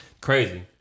crazy